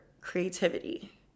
creativity